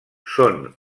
són